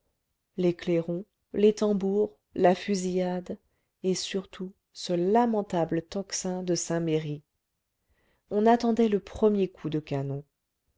clairons les tambours la fusillade et surtout ce lamentable tocsin de saint-merry on attendait le premier coup de canon